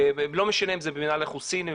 לא משנה אם זה במרשם האוכלוסין,